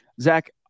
Zach